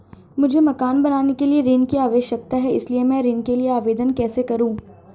मुझे मकान बनाने के लिए ऋण की आवश्यकता है इसलिए मैं ऋण के लिए आवेदन कैसे करूं?